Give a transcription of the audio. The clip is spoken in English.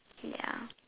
ya